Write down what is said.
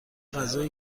غذای